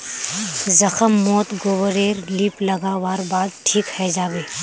जख्म मोत गोबर रे लीप लागा वार बाद ठिक हिजाबे